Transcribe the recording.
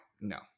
no